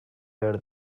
behar